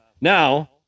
now